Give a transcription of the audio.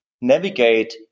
navigate